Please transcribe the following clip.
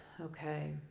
Okay